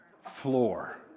floor